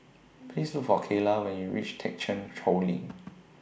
Please Look For Kayla when YOU REACH Thekchen Choling